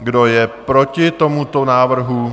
Kdo je proti tomuto návrhu?